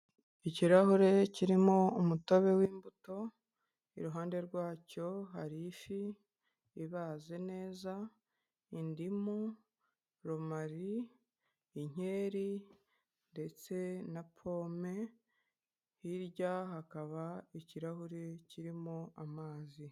Ikirahure kirimo umutobe w'imbuto iruhande rwacyo hari: ifi ibaze neza, indimu, rumari, inkeri ndetse na pome, hirya hakaba ikirahure kirimo amazi.